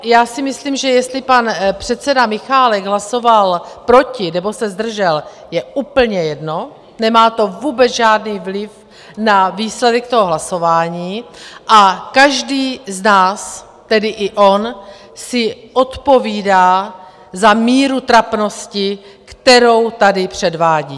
Já si myslím, že jestli pan předseda Michálek hlasoval proti nebo se zdržel, je úplně jedno, nemá to vůbec žádný vliv na výsledek toho hlasování, a každý z nás tedy i on si odpovídá za míru trapnosti, kterou tady předvádí.